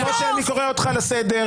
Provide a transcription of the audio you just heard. משה, אני קורא אותך לסדר.